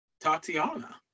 Tatiana